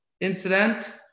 incident